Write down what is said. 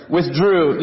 Withdrew